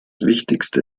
wichtigste